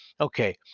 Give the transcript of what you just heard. okay